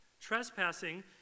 Trespassing